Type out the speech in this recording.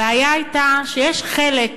הבעיה הייתה שיש חלק,